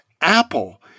Apple